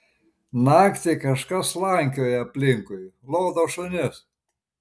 naktį kažkas slankioja aplinkui lodo šunis